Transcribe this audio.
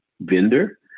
vendor